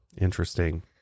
Interesting